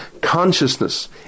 consciousness